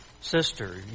sister